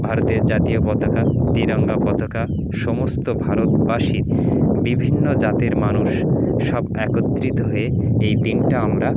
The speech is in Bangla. ভারতের জাতীয় পতাকা তিরঙ্গা পতাকা সমস্ত ভারতবাসী বিভিন্ন জাতির মানুষ সব একত্রিত হয়ে এই দিনটা আমরা